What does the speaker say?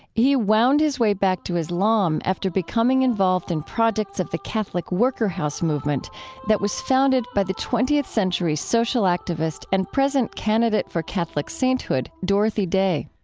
he wound his way back to islam after becoming involved in projects of the catholic worker house movement that was founded by the twentieth century social activist and present candidate for catholic sainthood dorothy day